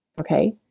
Okay